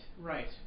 right